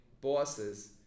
bosses